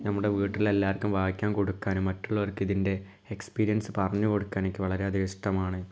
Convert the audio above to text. നമ്മുടെ വീട്ടിലെ എല്ലാവർക്കും വായിക്കാൻ കൊടുക്കാനും മറ്റുള്ളവർക്ക് ഇതിൻ്റെ എക്സ്പീരിയൻസ് പറഞ്ഞ് കൊടുക്കാനും എനിക്ക് വളരെ അധികം ഇഷ്ടമാണ്